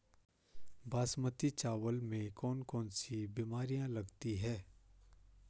बासमती चावल में कौन कौन सी बीमारियां लगती हैं?